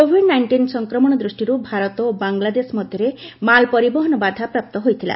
Covid nineteen ସଂକ୍ରମଣ ଦୃଷ୍ଟିରୁ ଭାରତ ଓ ବାଂଲାଦେଶ ମଧ୍ୟରେ ମାଲ୍ ପରିବହନ ବାଧାପ୍ରାପ୍ତ ହୋଇଥିଲା